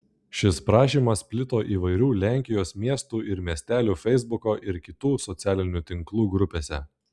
šis prašymas plito įvairių lenkijos miestų ir miestelių feisbuko ir kitų socialinių tinklų grupėse